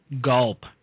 gulp